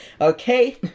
okay